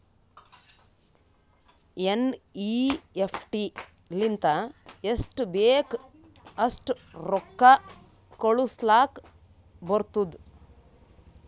NEFT ಲಿಂತ ಎಸ್ಟ್ ಬೇಕ್ ಅಸ್ಟ್ ರೊಕ್ಕಾ ಕಳುಸ್ಲಾಕ್ ಬರ್ತುದ್